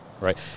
Right